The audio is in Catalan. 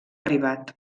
arribat